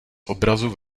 obrazu